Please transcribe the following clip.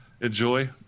enjoy